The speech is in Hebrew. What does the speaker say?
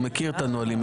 הוא מכיר את הנהלים,